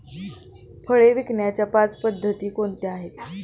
फळे विकण्याच्या पाच पद्धती कोणत्या आहेत?